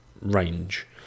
range